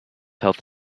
health